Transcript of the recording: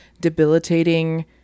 debilitating